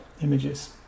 images